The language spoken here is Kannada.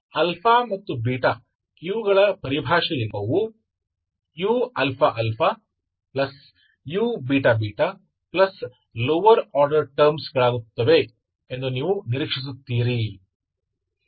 ಆದ್ದರಿಂದ ಇವುಗಳ ಪರಿಭಾಷೆಯಲ್ಲಿ ಈ ಅಂಗೀಕೃತ ರೂಪವು uααu ββlower order terms ಗಳಾಗುತ್ತದೆ ಎಂದು ನೀವು ನಿರೀಕ್ಷಿಸುತ್ತೀರಿ